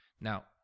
Now